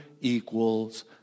equals